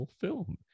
film